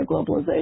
globalization